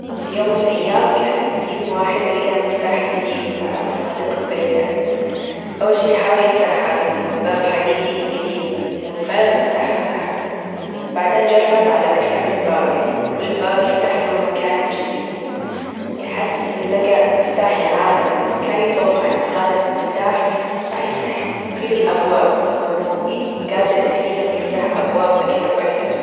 في يوم من الأيام كان في واحد لجى مفتاح جديم في حديقة بيته أول شي يحاول يفتح الباب حديدي جديم وفعلا المفتاح فتحها بعدها جرب على أكثر من باب يعني وكل باب يفتح له مكان جديد حس إنه لجى مفتاح العالم يعني ما كان يتوقع إن هذا المفتاح راح يفتح كل الأبواب وإنه جادر الحين إنه يفتح أبواب أكثر وأكثر.